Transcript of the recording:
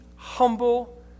humble